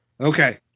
Okay